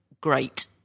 great